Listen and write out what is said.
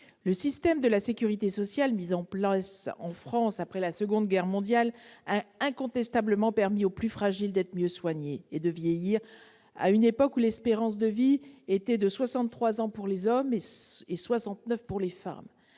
Le système de la sécurité sociale mis en place en France après la Seconde Guerre mondiale a incontestablement permis aux plus fragiles d'être mieux soignés et de mieux vieillir à une époque où l'espérance de vie était de soixante-trois ans pour les hommes